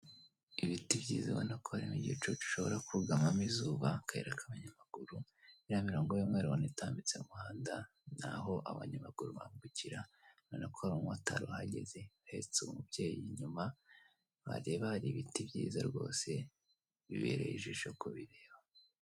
Ibiti byiza ubona ko hari n'igicucu ushobora kugamamo izuba, akayira k'abanyamaguru. Iriya mirongo y'umweru ubona itambitse mu muhanda ni aho abanyamaguru bambukira urabona ko hari umumotari uhageze uhetse umubyeyi, inyuma wareba hari ibiti byiza rwose bibereye ijisho kubireba.